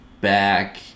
back